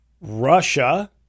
Russia